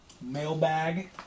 mailbag